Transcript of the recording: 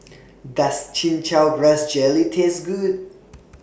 Does Chin Chow Grass Jelly Taste Good